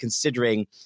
considering